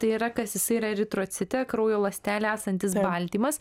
tai yra kas jisai yra eritrocite kraujo ląstelėje esantis baltymas